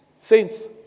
Saints